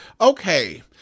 Okay